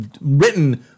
written